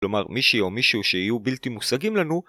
כלומר מישהו או מישהו שיהיו בלתי מושגים לנו